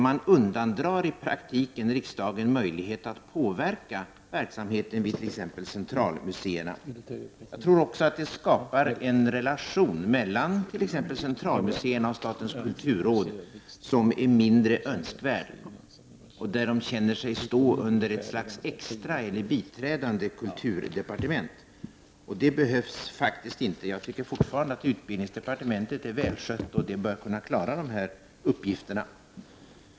Man undandrar i praktiken riksdagen möjlighet att påverka verksamheten vid t.ex. centralmuseerna. Jag tror också att det skapar en relation mellan t.ex. centralmuseerna och statens kulturråd som är mindre önskvärd. Museerna känner sig stå under ett slags extra eller biträdande kulturdepartement. Det behövs faktiskt inte. Jag tycker fortfarande att utbildningsdepartementet är välskött, och det bör kunna klara dessa uppgifter.